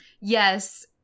Yes